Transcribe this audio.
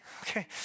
Okay